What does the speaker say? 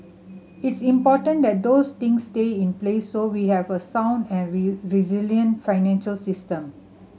it's important that those things stay in place so we have a sound and resilient financial system